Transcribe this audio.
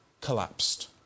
collapsed